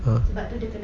ah